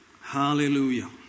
hallelujah